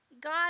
God